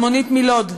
אלמונית מלוד ז"ל,